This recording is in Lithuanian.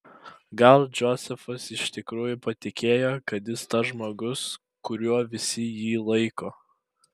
gal džozefas iš tikrųjų patikėjo kad jis tas žmogus kuriuo visi jį laiko